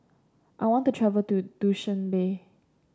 I want to travel to Dushanbe